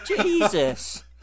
Jesus